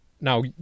Now